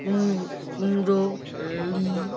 কম কুমড়ো ড়ি